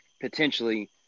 potentially